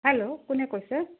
hello কোনে কৈছে